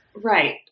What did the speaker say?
Right